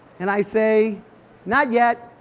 and i say not yet.